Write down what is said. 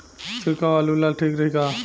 छिड़काव आलू ला ठीक रही का?